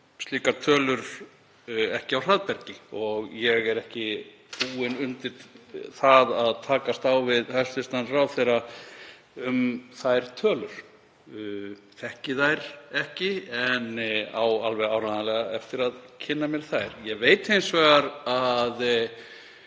slíkar tölur ekki á hraðbergi og ég er ekki búinn undir það að takast á við hæstv. ráðherra um þær tölur. Þekki þær ekki en á alveg áreiðanlega eftir að kynna mér þær. Ég veit hins vegar